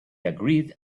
agreed